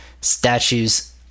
statues